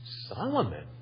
Solomon